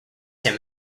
him